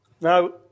Now